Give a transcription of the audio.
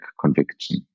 conviction